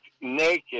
naked